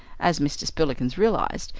as mr. spillikins realized,